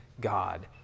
God